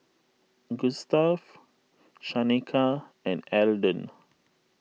Gustav Shaneka and Elden